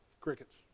Crickets